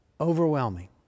overwhelming